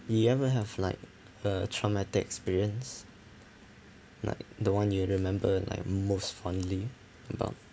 do you ever have like uh traumatic experience like the one you remember like most fondly about